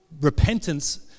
Repentance